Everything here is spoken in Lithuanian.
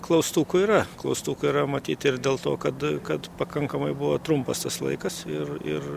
klaustukų yra klaustukų yra matyt ir dėl to kad kad pakankamai buvo trumpas tas laikas ir ir